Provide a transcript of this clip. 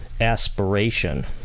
aspiration